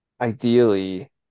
ideally